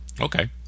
Okay